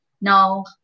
No